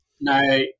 no